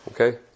okay